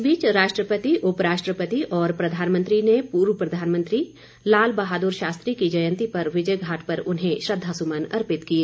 इस बीच राष्ट्रपति उप राष्ट्रपति और प्रधानमंत्री ने पूर्व प्रधानमंत्री लाल बहादुर शास्त्री की जयंती पर विजय घाट पर उन्हें श्रद्धा सुमन अर्पित किए